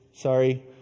Sorry